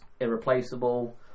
irreplaceable